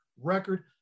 record